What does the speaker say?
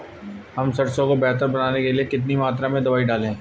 हम सरसों को बेहतर बनाने के लिए कितनी मात्रा में दवाई डालें?